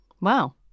Wow